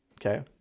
Okay